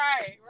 Right